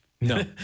No